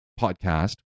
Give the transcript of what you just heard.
podcast